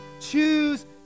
Choose